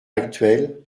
actuel